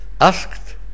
asked